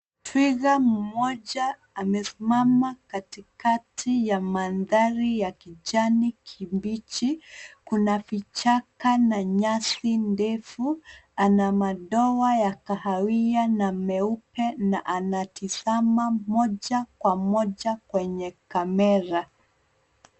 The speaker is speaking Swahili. Twiga mmoja amesimama katikati ya mandhari ya kijani kibichi. Kuna vichaka na nyasi ndefu. Ana madoa ya kahawia na meupe na anatizama moja kwa moja kwenye kamera.